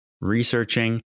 researching